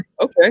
Okay